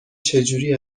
چجوری